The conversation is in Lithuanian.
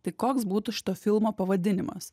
tai koks būtų šito filmo pavadinimas